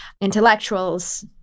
intellectuals